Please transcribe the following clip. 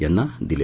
यांना दिले